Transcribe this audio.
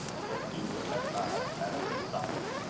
said hugh, at last, after a silence.